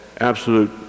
absolute